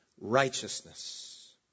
righteousness